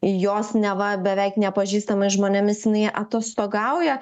jos neva beveik nepažįstamais žmonėmis jinai atostogauja